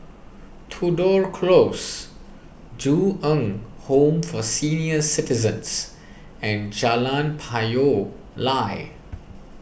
Tudor Close Ju Eng Home for Senior Citizens and Jalan Payoh Lai